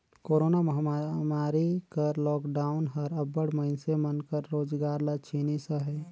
corona महमारी कर lockdown हर अब्बड़ मइनसे मन कर रोजगार ल छीनिस अहे